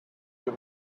your